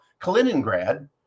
Kaliningrad